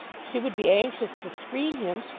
she would be anxious to screen him,